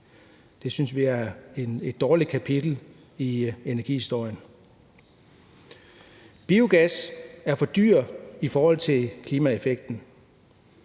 Det synes vi er et dårligt kapitel i energihistorien. Biogas er for dyrt i forhold til klimaeffekten.